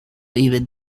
even